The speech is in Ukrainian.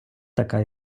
така